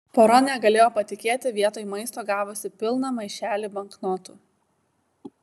pora negalėjo patikėti vietoj maisto gavusi pilną maišelį banknotų